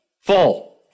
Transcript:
Full